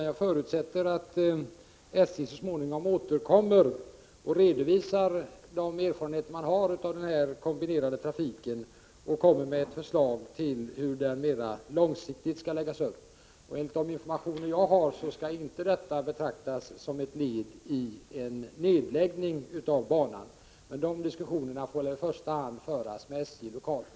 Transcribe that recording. Jag förutsätter att SJ så småningom återkommer och redovisar sina erfarenheter av den kombinerade trafiken och lägger fram ett förslag till hur trafiken mer långsiktigt skall bedrivas. Enligt de informationer jag har skall detta inte betraktas som ett led i en nedläggning av banan. Dessa diskussioner får emellertid i första hand föras med SJ lokalt.